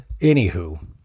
Anywho